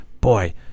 boy